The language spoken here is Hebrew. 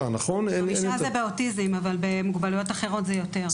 חמישה זה באוטיזם, אבל במוגבלויות אחרות זה יותר.